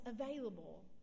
available